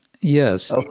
Yes